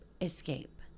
escape